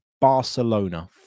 Barcelona